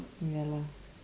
ya lah